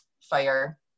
fire